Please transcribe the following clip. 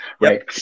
right